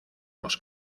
los